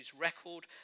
record